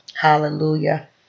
Hallelujah